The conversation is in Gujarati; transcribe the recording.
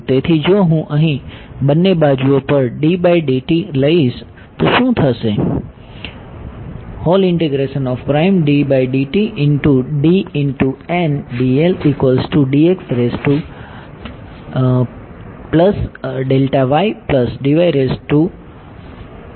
તેથી જો હું અહીં બંને બાજુઓ પર લઈ જઈશ તો શું થશે